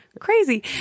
crazy